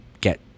get